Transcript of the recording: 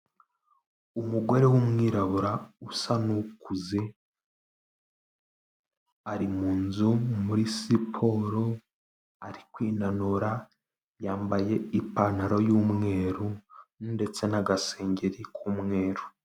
Umugore w'umwirabura usa n'ukuze, ari mu nzu muri siporo, ari kwinanura yambaye ipantaro y'umweru ndetse n'agasengeri k'umweru.